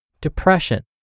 depression